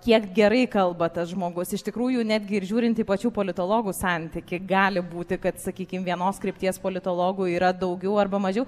kiek gerai kalba tas žmogus iš tikrųjų netgi ir žiūrint į pačių politologų santykį gali būti kad sakykim vienos krypties politologų yra daugiau arba mažiau